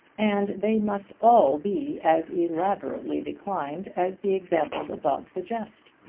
and they must all be as elaborately declined as the examples above suggested.